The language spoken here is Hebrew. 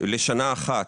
לשנה אחת,